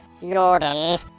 Jordan